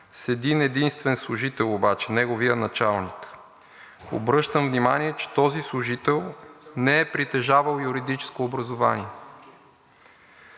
с един-единствен служител обаче – неговият началник. Обръщам внимание, че този служител не е притежавал юридическо образование.